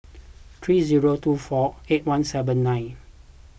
three zero two four eight one seven nine